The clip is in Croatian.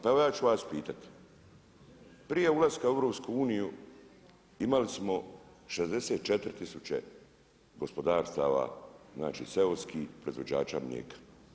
Pa evo ja ću vas pitati, prije ulaska u EU imali som 64 tisuće gospodarstava, znači seoskih, proizvođača mlijeka.